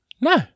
No